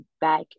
back